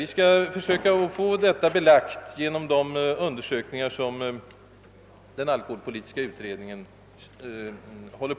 Vi skall i stället försöka få den ordentligt klarlagd på nytt genom de undersökningar, som den alkoholpolitiska utredningen gör.